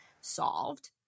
solved